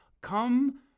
come